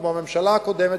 כמו הממשלה הקודמת,